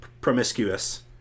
promiscuous